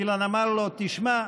אילן אמר לו: תשמע,